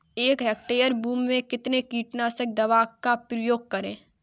एक हेक्टेयर भूमि में कितनी कीटनाशक दवा का प्रयोग करें?